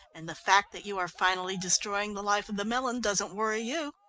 and the fact that you are finally destroying the life of the melon doesn't worry you.